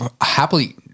happily